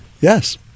Yes